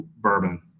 bourbon